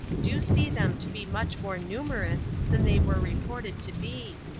do see them to be much more numerous than they were reported to be.